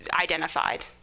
identified